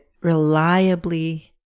reliably